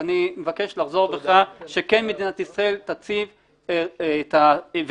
ואני מבקש לחזור בך, שכן מדינת ישראל תציב, ואנחנו